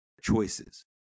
choices